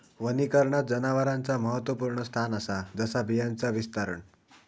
वनीकरणात जनावरांचा महत्त्वपुर्ण स्थान असा जसा बियांचा विस्तारण